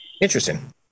Interesting